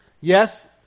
yes